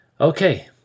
Okay